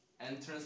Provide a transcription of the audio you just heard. entrance